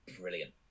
brilliant